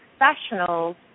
professionals